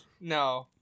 No